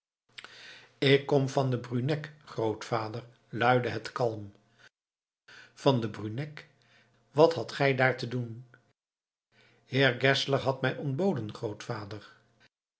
ik kom van den bruneck grootvader luidde het kalm van den bruneck wat hadt gij daar te doen heer geszler had mij ontboden grootvader